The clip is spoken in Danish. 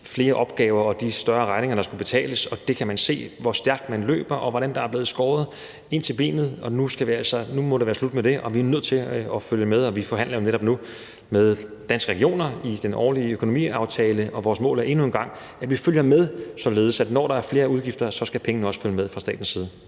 flere opgaver og de større regninger, der skal betales. Det kan man se på, hvor stærkt man løber, og hvordan der er blevet skåret ind til benet. Nu må det være slut med det; vi er nødt til at følge med. Og vi forhandler jo netop nu med Danske Regioner om den årlige økonomiaftale, og vores mål er endnu en gang, at vi følger med, således at når der er flere udgifter, skal pengene også følge med fra statens side.